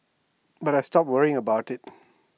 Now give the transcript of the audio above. but I stopped worrying about IT